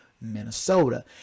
Minnesota